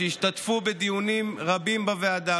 שהשתתפו בדיונים רבים בוועדה,